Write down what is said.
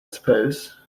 suppose